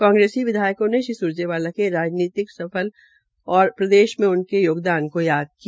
कांग्रेसी विधायकों ने श्री सुरजेवाला ने राजनीतिक सता और प्रदेश में उनके योगदान को याद किया